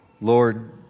Lord